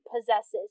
possesses